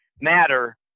matter